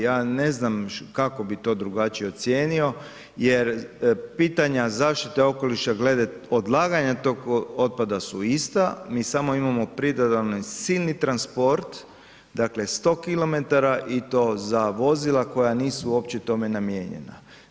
Ja ne znam kako bi to drugačije ocijenio jer pitanja zaštite okoliša glede odlaganja tog otpada su ista, mi samo imamo pridodani silni transport dakle 100km i to za vozila koja nisu uopće tome namijenjena.